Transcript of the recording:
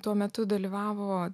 tuo metu dalyvavo